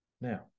Now